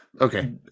Okay